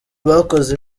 bakoze